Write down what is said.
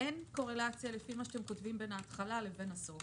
אין קורלציה לפי מה שאתם כותבים בין ההתחלה לבין הסוף.